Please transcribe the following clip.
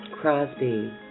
Crosby